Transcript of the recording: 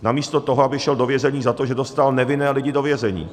Namísto toho, aby šel do vězení za to, že dostal nevinné lidi do vězení.